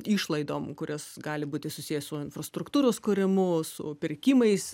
išlaidom kurios gali būti susiję su infrastruktūros kūrimu su pirkimais